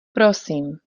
prosím